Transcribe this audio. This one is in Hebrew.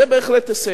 זה, בהחלט, הישג,